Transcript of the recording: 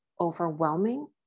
overwhelming